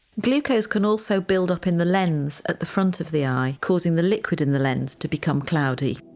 glucose can also build up in the lens at the front of the eye causing the liquid in the lens to become cloudy.